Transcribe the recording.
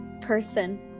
person